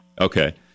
okay